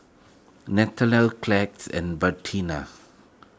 Nathanael and Bertina